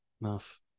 nice